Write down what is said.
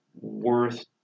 worth